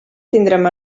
tindrem